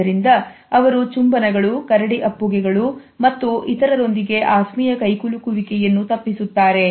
ಆದ್ದರಿಂದ ಅವರು ಚುಂಬನಗಳು ಕರಡಿ ಅಪ್ಪುಗೆಗಳು ಮತ್ತು ಇತರರೊಂದಿಗೆ ಆತ್ಮೀಯ ಕೈಕುಲುಕುವಿಕೆಯನ್ನು ತಪ್ಪಿಸುತ್ತಾರೆ